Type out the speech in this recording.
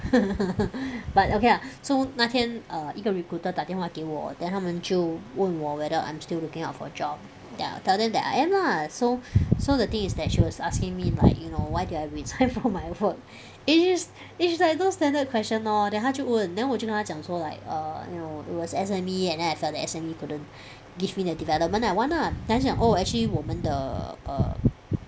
but okay lah so 那天 err 一个 recruiter 打电话给我 then 她们就问我 whether I'm still looking out for a job then I tell them that I am lah so so the thing is that she was asking me like you know why did I resign from my work which is which is like those standard question lor then 她就问 then 我就跟她讲说 like err you know it was S_M_E and then I felt that S_M_E couldn't give me the development I want lah then 她就讲 oh actually 我们的 err